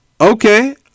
Okay